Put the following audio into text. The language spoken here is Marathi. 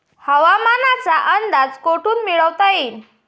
हवामानाचा अंदाज कोठून मिळवता येईन?